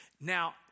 Now